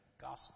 gospel